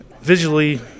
visually